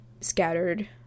scattered